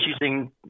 using